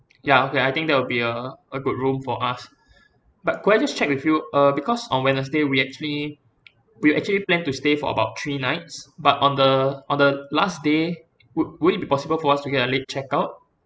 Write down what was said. ya okay I think that will be a a good room for us but could I just check with you uh because on wednesday we actually we actually plan to stay for about three nights but on the on the last day would would it be possible for us to get a late checkout